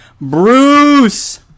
Bruce